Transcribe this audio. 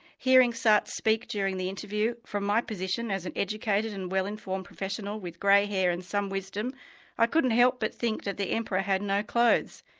hearing szasz so speak during the interview from my position as an educated and well informed professional with grey hair and some wisdom i couldn't help but think that the emperor had no clothes.